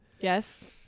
yes